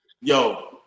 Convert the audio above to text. Yo